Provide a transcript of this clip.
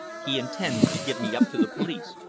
he intends to give me up to the police,